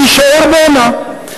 תישאר בעינה.